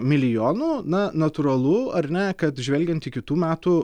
milijonų na natūralu ar ne kad žvelgiant į kitų metų